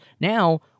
Now